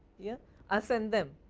yeah ascend them,